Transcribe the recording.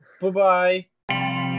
Bye-bye